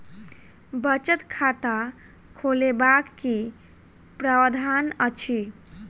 बचत खाता खोलेबाक की प्रावधान अछि?